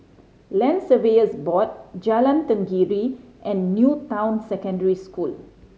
Land Surveyors Board Jalan Tenggiri and New Town Secondary School